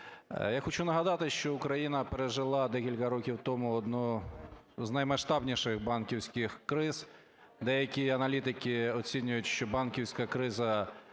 Я хочу нагадати, що Україна пережила декілька років тому одну з наймасштабніших банківських криз. Деякі аналітики оцінюють, що банківська криза